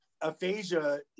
aphasia